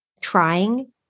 trying